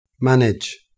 manage